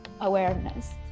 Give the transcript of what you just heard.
awareness